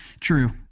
True